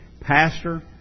Pastor